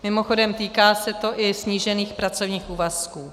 Mimochodem, týká se to i snížených pracovních úvazků.